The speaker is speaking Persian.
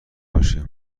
باشه